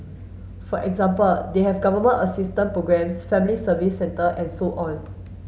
for example they have Government assistance programmes family service centre and so on